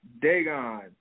Dagon